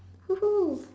woo ho